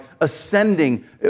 ascending